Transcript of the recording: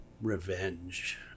revenge